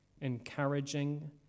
encouraging